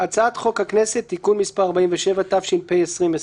הצעת חוק הכנסת (תיקון מס' 47), התש"ף-2020.